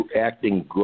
acting